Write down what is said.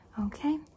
Okay